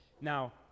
Now